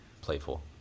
playful